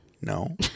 No